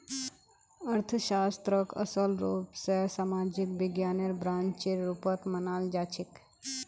अर्थशास्त्रक असल रूप स सामाजिक विज्ञानेर ब्रांचेर रुपत मनाल जाछेक